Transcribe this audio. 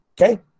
okay